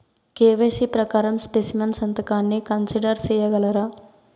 KYC ప్రకారం specimen సంతకాన్ని consider సేయగలరా?